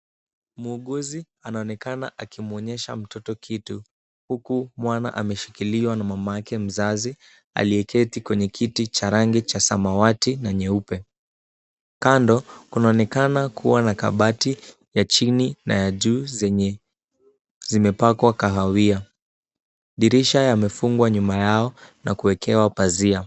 Muuguzi anaonekana akimwonyesha mtoto kitu huku mwana ameshikiliwa na mamake mzazi aliyeketi kwenye kiti cha rangi cha samawati na nyeupe. Kando kunaonekana kuwa na kabati ya chini na ya juu zenye zimepakwa kahawia. Dirisha yamefungwa nyuma yao na kuwekewa pazia.